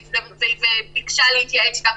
וביקשה להתייעץ איתם.